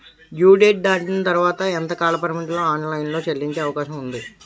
Due date దాటిన తర్వాత ఎంత కాలపరిమితిలో ఆన్ లైన్ లో చెల్లించే అవకాశం వుంది?